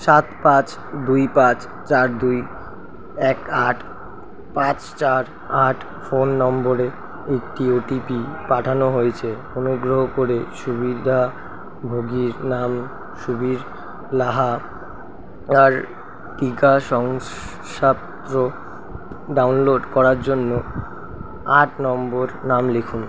সাত পাঁচ দুই পাঁচ চার দুই এক আট পাঁচ চার আট ফোন নম্বরে একটি ও টি পি পাঠানো হয়েছে অনুগ্রহ করে সুবিধাভোগীর নাম সুবীর লাহা আর টিকা শংসাপত্র ডাউনলোড করার জন্য আট নম্বর নাম লিখুন